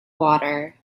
water